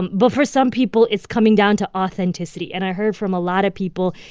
but for some people, it's coming down to authenticity. and i heard from a lot of people,